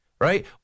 right